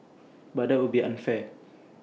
but that would be unfair